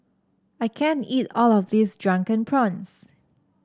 I can't eat all of this Drunken Prawns